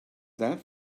that